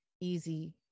easy